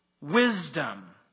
wisdom